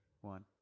one